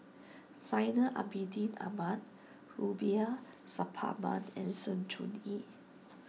Zainal Abidin Ahmad Rubiah Suparman and Sng Choon Yee